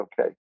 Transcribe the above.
okay